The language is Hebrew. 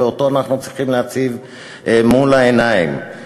ואותו אנחנו צריכים להציב מול העיניים.